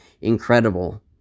incredible